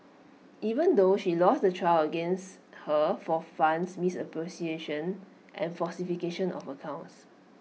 even though she lost the trial against her for funds misappropriation and falsification of accounts